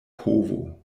povo